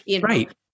Right